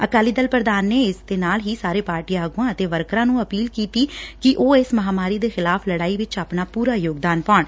ਅਕਾਲੀ ਦਲ ਪੁਧਾਨ ਨੇ ਇਸ ਦੇ ਨਾਲ ਹੀ ਸਾਰੇ ਪਾਰਟੀ ਆਗੁਆਂ ਅਤੇ ਵਰਕਰਾਂ ਨੂੰ ਅਪੀਲ ਕੀਤੀ ਕਿ ਉਹ ਇਸ ਮਹਾਮਾਰੀ ਦੇ ਖ਼ਿਲਾਫ ਲੜਾਈ ਵਿਚ ਆਪਣਾ ਪੁਰਾ ਯੋਗਦਾਨ ਪਾਉਣ